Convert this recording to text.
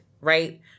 right